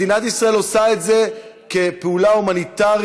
מדינת ישראל עושה את זה כפעולה הומניטרית,